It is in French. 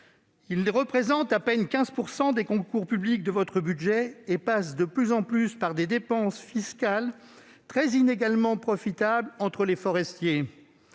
représentent à peine 15 % des concours publics de votre budget et passent de plus en plus par des dépenses fiscales très inégalement profitables pour les forestiers.